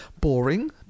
boring